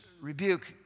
rebuke